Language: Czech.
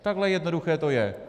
Takhle jednoduché to je.